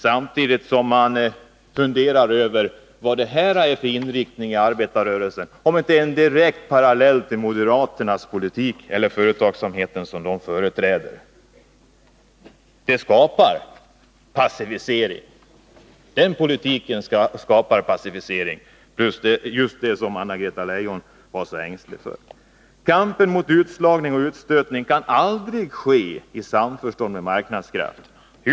Samtidigt funderar man över vad detta är för inriktning inom arbetarrörelsen, om det inte är en direkt parallell till moderaternas politik eller den företagsamhet som de företräder. Den politiken skapar passivisering, och det var ju just det som Anna-Greta Leijon var så ängslig för. Kampen mot utslagning och utstötning kan aldrig ske i samförstånd med marknadskrafterna.